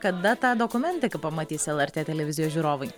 kada tą dokumentiką pamatys lrt televizijos žiūrovai